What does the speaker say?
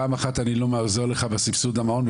פעם אחת אני לא עוזר לך בסבסוד המעון,